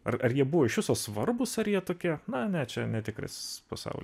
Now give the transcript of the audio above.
ar ar jie buvo iš viso svarbūs ar jie tokie na ne čia netikras pasaulis